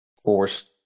force